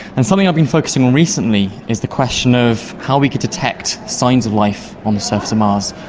and something i've been focusing on recently is the question of how we can detect signs of life on the surface of mars,